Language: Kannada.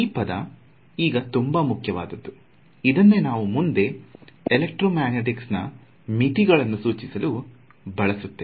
ಈ ಪದ ಈಗ ತುಂಬಾ ಮುಖ್ಯ ವಾದದ್ದು ಇದನ್ನೇ ನಾವು ಮುಂದೆ ಎಲೆಕ್ಟ್ರೋಮ್ಯಾಗ್ನೆಟಿಕ್ಸ್ ನಾ ಮಿತಿಗನ್ನು ಸೂಚಿಸಲು ಬಳಸುತ್ತೇವೆ